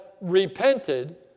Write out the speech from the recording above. repented